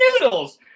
noodles